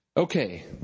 Okay